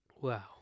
Wow